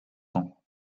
temps